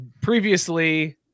Previously